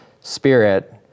spirit